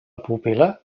pupil·la